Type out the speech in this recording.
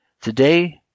Today